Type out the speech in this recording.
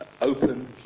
open